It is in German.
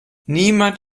niemand